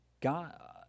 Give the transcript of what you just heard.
God